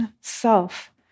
self